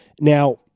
Now